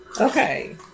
Okay